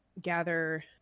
gather